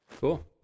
Cool